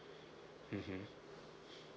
mmhmm